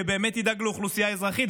שבאמת ידאג לאוכלוסייה האזרחית.